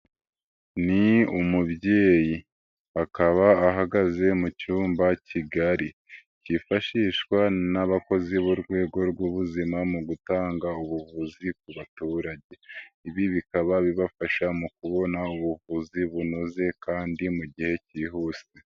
Ni umubyeyi, akaba ahagaze mu cyumba kigari, cyifashishwa n'abakozi b'urwego rw'ubuzima mu gutanga ubuvuzi ku baturage. Ibi bikaba bibafasha mu kubona ubuvuzi bunoze kandi mu gihe kihuse.